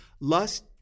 Lust